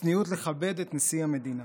צניעות לכבד את נשיא המדינה.